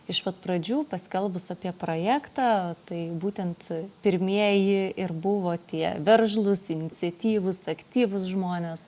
iš pat pradžių paskelbus apie projektą tai būtent pirmieji ir buvo tie veržlūs iniciatyvūs aktyvūs žmonės